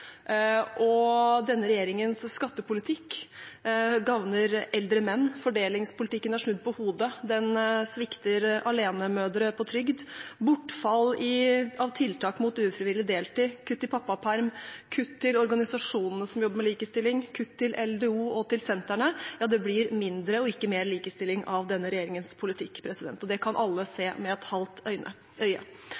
Denne regjeringens skattepolitikk gagner eldre menn. Fordelingspolitikken er snudd på hodet. Den svikter alenemødre på trygd, det er bortfall av tiltak mot ufrivillig deltid, kutt i pappaperm, kutt til organisasjonene som jobber med likestilling, kutt til LDO og til senterne – ja, det blir mindre og ikke mer likestilling av denne regjeringens politikk. Det kan alle se